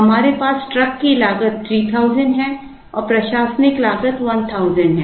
हमारे पास ट्रक की लागत 3000 है और प्रशासनिक लागत 1000 है